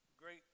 Great